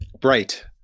bright